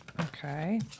okay